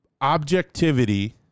objectivity